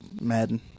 Madden